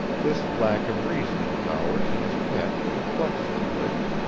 this lack of reasoning powers in his pet perplexed ferris.